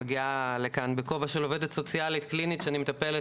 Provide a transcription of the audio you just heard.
אני מגיעה לכאן בכובע של עובדת סוציאלית קלינית שאני מטפלת